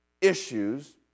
issues